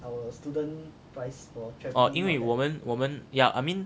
哦因为我们我们 yeah I mean